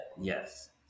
Yes